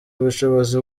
ubushobozi